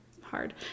hard